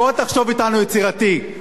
בוא תחשוב אתנו יצירתי.